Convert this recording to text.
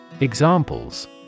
Examples